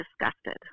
disgusted